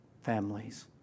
families